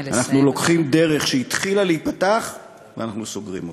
אנחנו לוקחים דרך שהתחילה להיפתח ואנחנו סוגרים אותה,